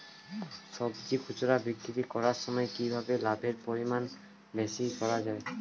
সবজি খুচরা বিক্রি করার সময় কিভাবে লাভের পরিমাণ বেশি করা যায়?